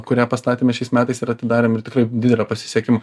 kurią pastatėme šiais metais ir atidarėm ir tikrai didelio pasisekimo